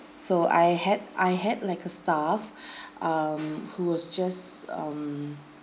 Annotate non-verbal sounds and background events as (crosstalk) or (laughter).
so I had I had like a staff (noise) um who was just um